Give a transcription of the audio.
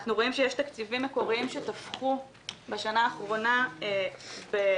אנחנו רואים שיש תקציבים מקוריים שתפחו בשנה האחרונה בשיעורי